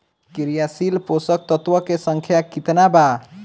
क्रियाशील पोषक तत्व के संख्या कितना बा?